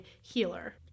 healer